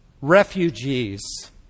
refugees